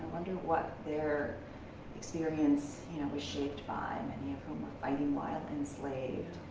wonder what their experience was shaped by. many of whom were fighting while enslaved.